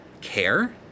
care